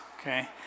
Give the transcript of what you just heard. Okay